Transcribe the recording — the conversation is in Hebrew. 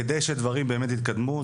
כדי שדברים באמת יתקדמו,